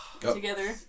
together